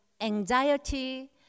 anxiety